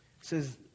says